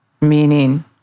meaning